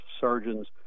surgeons